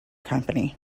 company